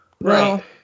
Right